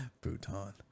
Bhutan